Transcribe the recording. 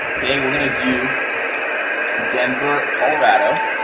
okay, we're gonna do denver colorado,